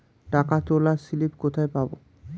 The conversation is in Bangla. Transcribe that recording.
টাকা তোলার স্লিপ কোথায় পাব?